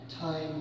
time